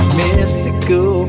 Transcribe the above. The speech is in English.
mystical